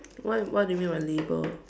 what what do you mean by label